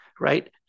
right